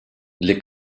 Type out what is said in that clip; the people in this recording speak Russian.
для